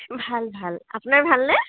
ভাল ভাল আপোনাৰ ভালনে